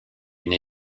une